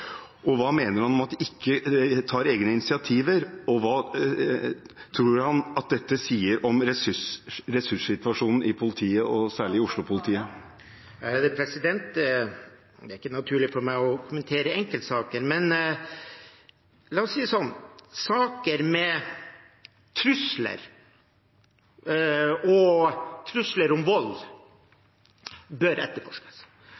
betydning? Hva mener han om at de ikke tar egne initiativer? Og hva tror han dette sier om ressurssituasjonen i politiet, særlig i Oslo-politiet? Det er ikke naturlig for meg å kommentere enkeltsaker. Men la oss si det sånn: Saker med trusler og trusler om vold bør etterforskes.